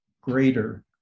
greater